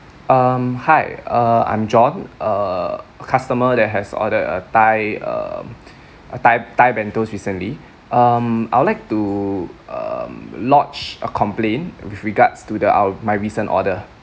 um hi uh I'm john a customer that has ordered a thai um a thai thai bentos recently um I'd like to um lodge a complaint with regards to the our~ my recent order